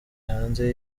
hanze